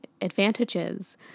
advantages